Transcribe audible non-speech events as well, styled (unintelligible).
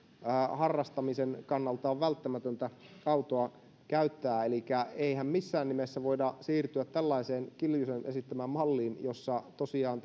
harrastamisen kannalta on välttämätöntä autoa käyttää elikkä eihän missään nimessä voida siirtyä tällaiseen kiljusen esittämään malliin jossa tosiaan (unintelligible)